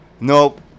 nope